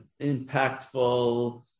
impactful